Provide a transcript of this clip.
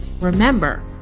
Remember